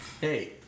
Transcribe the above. hey